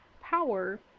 power